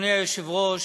אדוני היושב-ראש,